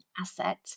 asset